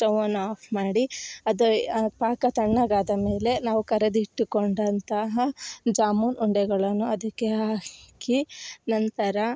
ಸ್ಟೌವನ್ನು off ಮಾಡಿ ಅದೊಯ್ ಪಾಕ ತಣ್ಣಗಾದ ಮೇಲೆ ನಾವು ಕರಿದಿಟ್ಟುಕೊಂಡಂತಹ ಜಾಮೂನ್ ಉಂಡೆಗಳನ್ನು ಅದಕ್ಕೆ ಹಾಕಿ ನಂತರ